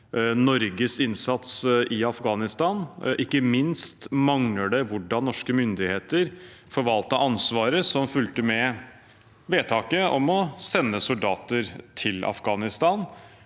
Norges innsats i Afghanistan. Ikke minst mangler det hvordan norske myndigheter forvaltet ansvaret som fulgte med vedtaket om å sende soldater til Afghanistan,